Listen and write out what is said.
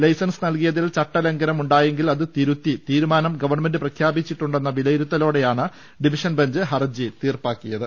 licence നൽകിയതിൽ ചട്ട ലംഘനം ഉണ്ടായെങ്കിൽ ഒഅത് തിരുത്തി തീരുമാനം ഗവൺമെന്റ് പ്രഖ്യാപിച്ചിട്ടുണ്ടെന്ന വിലയിരുത്തലോ ടെയാണ് ഡിവിഷൻ ബെഞ്ച് ഹർജി തീർപ്പാക്കിയത്